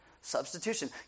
Substitution